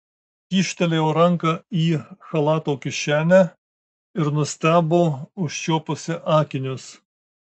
kyštelėjo ranką į chalato kišenę ir nustebo užčiuopusi akinius